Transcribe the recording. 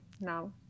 now